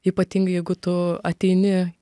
ypatingai jeigu tu ateini